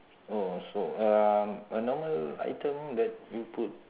oh so um a normal item that you put